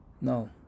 no